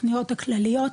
התוכניות הכלליות,